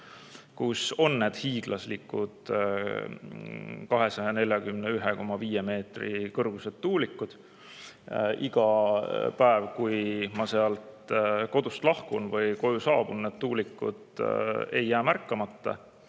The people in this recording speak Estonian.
kus on need hiiglaslikud 241,5 meetri kõrgused tuulikud. Iga päev, kui ma kodust lahkun või koju saabun, need tuulikud ei jää märkamata.